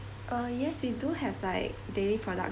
uh yes we do have like dairy product